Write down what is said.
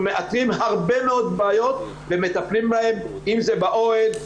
מאתרים הרבה מאוד בעיות ומטפלים בהם אם זה באוהל,